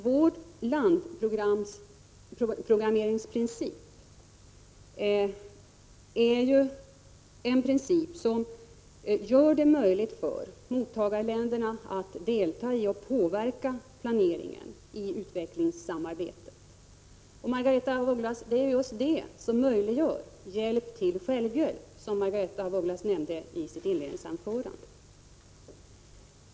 Vår landprogrammeringsprincip är ju en princip som gör det möjligt för mottagarländerna att delta i och påverka planeringen av utvecklingssamarbetet. Och det är just det som möjliggör den hjälp till självhjälp, som Margaretha af Ugglas nämnde i sitt inledningsanförande.